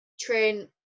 train